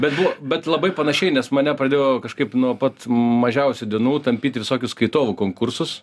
bet buvo bet labai panašiai nes mane pradėjo kažkaip nuo pat mažiausių dienų tampyt į visokius skaitovų konkursus